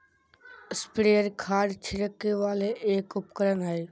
sprayer खाद छिड़के वाला एक उपकरण हय